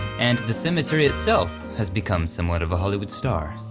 and the cemetery itself has become somewhat of a hollywood star,